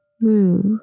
move